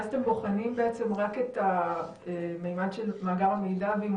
ואז אתם בוחנים רק את הממד של מאגר המידע ואם